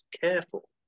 careful